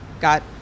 got